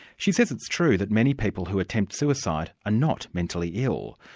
she says it's true that many people who attempt suicide are not mentally ill.